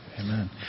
Amen